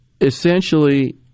essentially